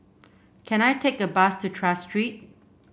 can I take a bus to Tras Street